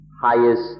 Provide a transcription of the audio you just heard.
highest